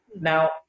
Now